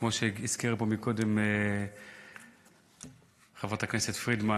כמו שהזכירה פה קודם חברת הכנסת פרידמן,